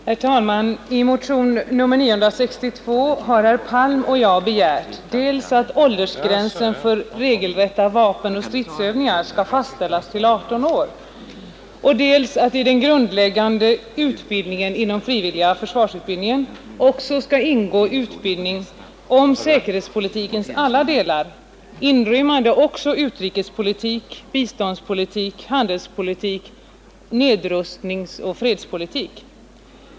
Herr talman! I motionen 962 har herr Palm och jag begärt dels att åldersgränsen för regelrätta vapenoch stridsövningar skall fastställas till 18 år, dels att i den grundläggande utbildningen inom frivilliga försvarsutbildningen också skall ingå utbildning om säkerhetspolitikens alla delar, inrymmande även utrikespolitik, biståndspolitik, handelspolitik, nedrustningsoch fredspolitik.